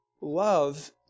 Love